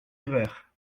erreur